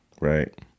Right